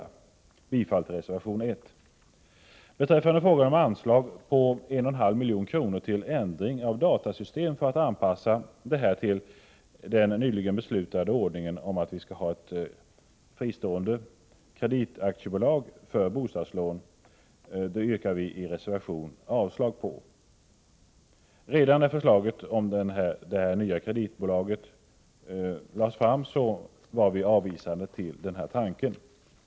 Jag yrkar bifall till reservation 1. Den andra reservationen som vi står bakom, reservation nr 4, gäller anslag på 1,5 milj.kr. till ändring av bostadsstyrelsens datasystem för att anpassa detta till ett nyligen inrättat fristående kreditaktiebolag för bostadslån. Redan när förslaget om detta nya kreditbolag lades fram var vi avvisande till tanken.